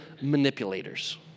manipulators